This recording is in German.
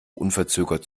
unverzögert